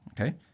Okay